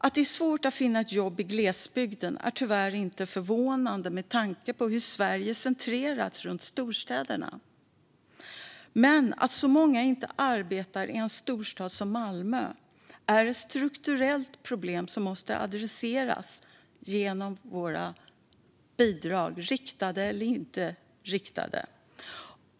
Att det är svårt att finna ett jobb i glesbygden är tyvärr inte förvånande med tanke på hur Sverige har centrerats runt storstäderna. Men att så många inte arbetar i en storstad som Malmö är ett strukturellt problem som måste adresseras genom våra bidrag, riktade eller inte riktade.